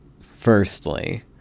Firstly